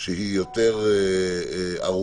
שהיא יותר ארוכה.